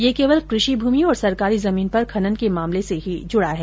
यह केवल कृषि भूमि और सरकारी जमीन पर खनन के मामले से ही जुडा है